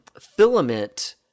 filament